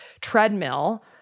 treadmill